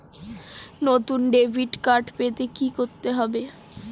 নতুন debit card পেতে কী করতে হবে?